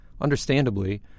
Understandably